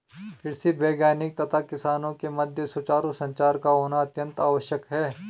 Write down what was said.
कृषि वैज्ञानिक तथा किसानों के मध्य सुचारू संचार का होना अत्यंत आवश्यक है